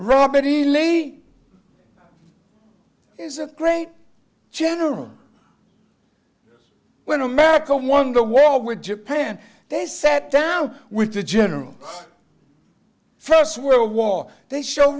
really is a great general when america won the war with japan they set down with the general first world war they show